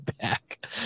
back